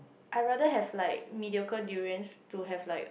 I rather have like mediocre durians to have like